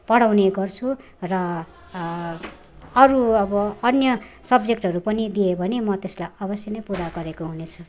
पढाउने गर्छु र अरू अब अन्य सब्जेक्टहरू पनि दियो भने म त्यसलाई अवस्य नै पुरा गरेको हुनेछु